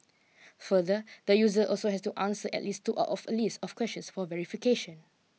further the user also has to answer at least two out of a list of questions for verification